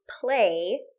play